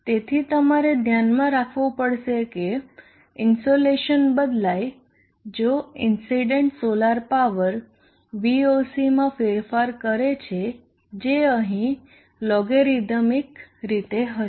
તેથી તમારે ધ્યાનમાં રાખવું પડશે કે જો ઇન્સોલેશન બદલાય જો ઇન્સીડન્ટ સોલર પાવર Voc માં ફેરફાર કરે છે જે અહીં લોગરીધમિક રીતે હશે